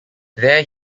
there